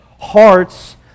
hearts